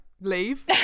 leave